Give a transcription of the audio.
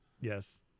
Yes